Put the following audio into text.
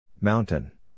Mountain